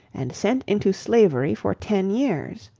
and sent into slavery for ten years.